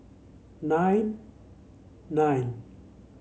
nine nine